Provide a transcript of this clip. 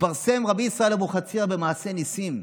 רבי ישראל אבוחצירא התפרסם במעשי ניסים,